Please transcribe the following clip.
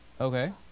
Okay